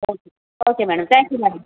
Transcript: okay okay madam thank you madam